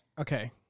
Okay